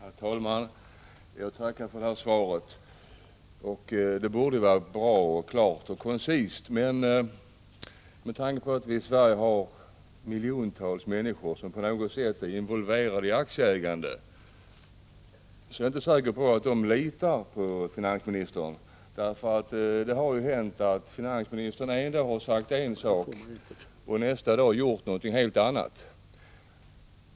Herr talman! Jag tackar för svaret. Det borde kunna anses vara ett bra svar, som är klart och koncist. Men i Sverige finns det ju miljontals människor som på något sätt är involverade i aktieägande, och jag är inte säker på att de litar på finansministern. Det har ju hänt att finansministern en dag sagt en sak och nästa dag gjort något helt annat.